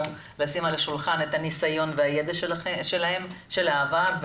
לשים על השולחן את הניסיון והידע של העבר,